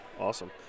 Awesome